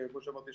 וכמו שאמרתי,